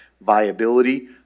viability